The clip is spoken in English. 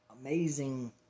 amazing